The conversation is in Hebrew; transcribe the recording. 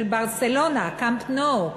של ברצלונה, ה"קמפ-נואו".